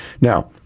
Now